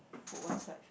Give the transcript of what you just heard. put one side